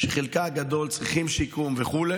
שחלקה הגדול צריך שיקום וכו',